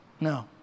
No